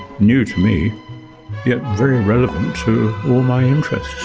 new to me, yet very relevant to all my interests.